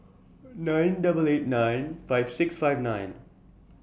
nine double eight nine five six five nine